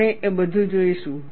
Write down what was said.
આપણે એ બધું જોઈશું